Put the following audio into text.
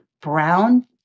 Brown